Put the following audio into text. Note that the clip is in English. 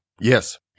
yes